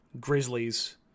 Grizzlies